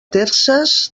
terces